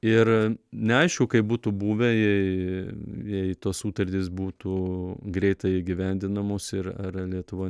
ir neaišku kaip būtų buvę jei jei tos sutartys būtų greitai įgyvendinamos ir ar lietuva